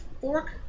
fork